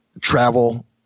travel